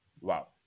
Wow